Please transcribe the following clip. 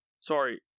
Sorry